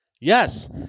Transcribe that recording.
Yes